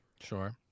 Sure